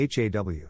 HAW